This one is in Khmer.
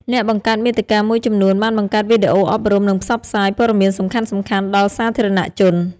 អ្នកបង្កើតមាតិកាមួយចំនួនបានបង្កើតវីដេអូអប់រំ និងផ្សព្វផ្សាយព័ត៌មានសំខាន់ៗដល់សាធារណជន។